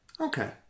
Okay